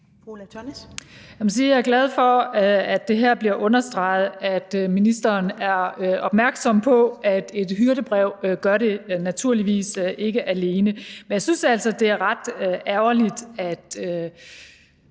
jeg er glad for, at det her bliver understreget, at ministeren er opmærksom på, at et hyrdebrev naturligvis ikke gør det alene, men jeg synes altså, det er ret ærgerligt, at